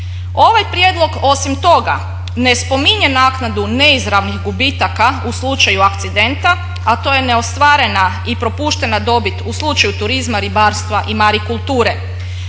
Ovaj prijedlog osim toga ne spominje naknadu neizravnih gubitaka u slučaju akcidenta, a to je neostvarena i propuštena dobit u slučaju turizma, ribarstva i marikulture.